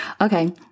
okay